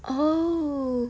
oh